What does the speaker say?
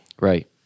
Right